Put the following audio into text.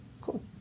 Cool